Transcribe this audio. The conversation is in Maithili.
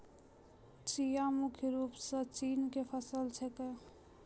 चिया मुख्य रूप सॅ चीन के फसल छेकै